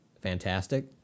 fantastic